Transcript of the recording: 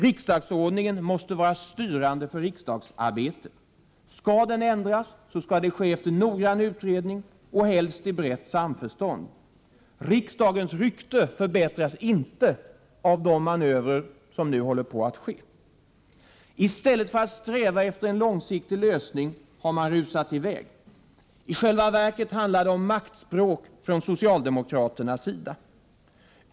Riksdagsordningen måste vara styrande för riksdagsarbetet. Om den skall ändras, skall det ske efter noggrann utredning och helst i brett samförstånd. Riksdagens rykte förbättras inte av de manövrer som nu håller på att ske. I stället för att sträva efter en långsiktig lösning har man rusat i väg. I själva verket handlar det om maktspråk från socialdemokraternas sida.